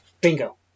Bingo